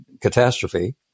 catastrophe